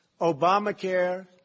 Obamacare